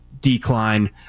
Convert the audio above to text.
decline